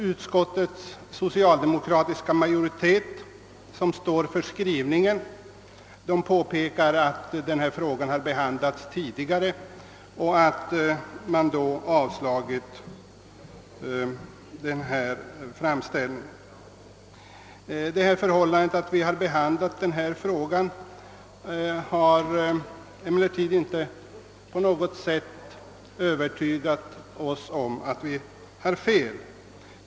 Utskottets socialdemokratiska majoritet som står för skrivningen påpekar att frågan behandlats redan tidigare och att framställningarna då avslogs. Det förhållandet att spörsmålet behandlats tidigare har emellertid inte på något sätt övertygat oss om att vi har fel.